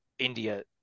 India